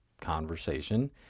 conversation